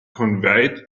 conveyed